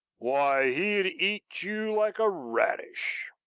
why, he'd eat you like a radish.